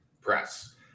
press